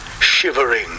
shivering